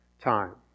time